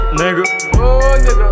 nigga